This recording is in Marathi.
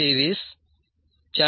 23 4